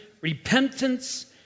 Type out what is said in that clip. repentance